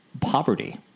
poverty